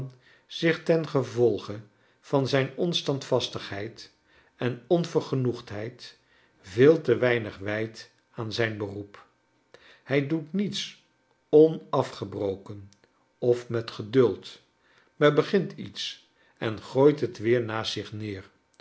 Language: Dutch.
zich tengevolge van zijn onstandvastigheid en onvergenoegdheid veel te weinig wijdt aan zijn beroep hij doet niets onafgebroken of met geduld maar begint iets en gooit het weer naast zich neer